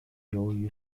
由于